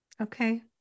Okay